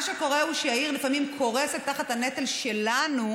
מה שקורה הוא שהעיר לפעמים קורסת תחת הנטל שלנו,